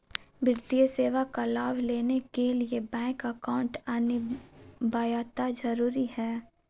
वित्तीय सेवा का लाभ लेने के लिए बैंक अकाउंट अनिवार्यता जरूरी है?